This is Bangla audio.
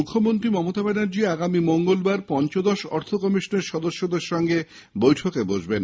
মুখ্যমন্ত্রী মমতা ব্যানার্জি আগামী সপ্তাহে পঞ্চদশ অর্থ কমিশনের সদস্যদের সঙ্গে বৈঠকে বসবেন